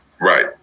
Right